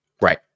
Right